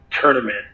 tournament